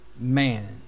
man